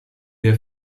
der